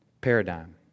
paradigm